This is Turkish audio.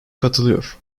katılıyor